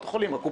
זה